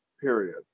Period